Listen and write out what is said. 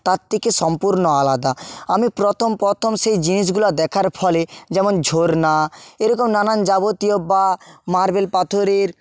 তার থেকে সম্পূর্ণ আলাদা আমি প্রথম প্রথম সেই জিনিসগুলা দেখার ফলে যেমন ঝরনা এরকম নানা যাবতীয় বা মার্বেল পাথরের